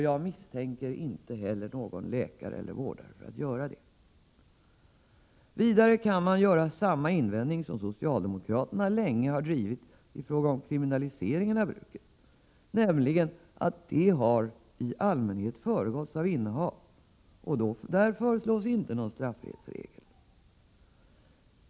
Jag misstänker inte heller att någon läkare eller vårdare gör det. Vidare kan man göra samma invändning som socialdemokraterna i fråga om kriminaliseringen av bruket, nämligen att bruket i allmänhet har föregåtts av innehav och där föreslås inte någon straffrihetsregel.